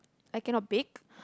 I cannot bake